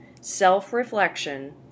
Self-reflection